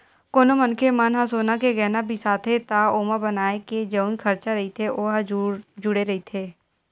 कोनो मनखे मन ह सोना के गहना बिसाथे त ओमा बनाए के जउन खरचा रहिथे ओ ह जुड़े रहिथे